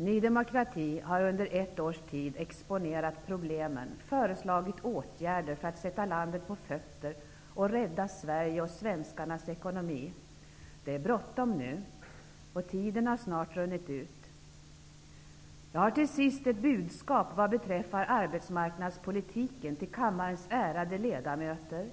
Ny demokrati har under ett års tid exponerat problemen och föreslagit åtgärder för att sätta landet på fötter och rädda Sverige och svenskarnas ekonomi. Det är bråttom nu, och tiden har snart runnit ut. Jag har till sist ett budskap vad beträffar arbetsmarknadspolitiken till kammarens ärade ledamöter,